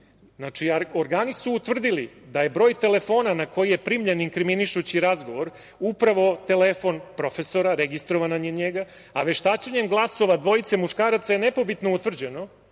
Znači, organi su utvrdili da je broj telefona na koji je primljen inkriminišući razgovor upravo telefon profesora registrovan na njega, a veštačenjem glasova dvojice muškaraca je nepobitno utvrđeno